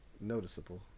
noticeable